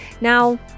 Now